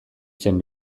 zen